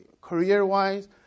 career-wise